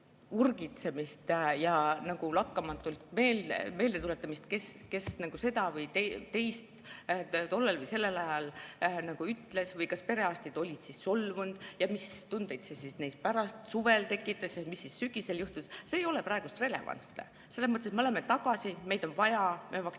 ja lakkamatu meeldetuletamine, kes seda või teist tollel või sellel ajal ütles, või kas perearstid olid solvunud ja mis tundeid see neis pärast tekitas, mis sügisel juhtus – see ei ole praegu relevantne. Selles mõttes, et me oleme tagasi, meid on vaja, me vaktsineerime.